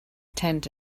tent